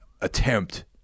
attempt